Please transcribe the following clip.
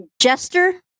Jester